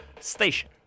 Station